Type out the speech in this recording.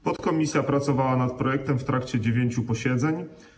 Podkomisja pracowała nad projektem w trakcie dziewięciu posiedzeń.